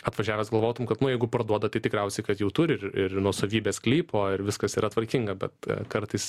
atvažiavęs galvotum kad nu jeigu parduoda tai tikriausiai kad jau turi ir ir nuosavybės sklypo ir viskas yra tvarkinga bet e kartais